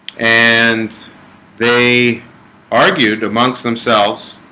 and they argued amongst themselves